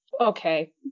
Okay